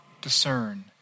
discern